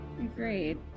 Agreed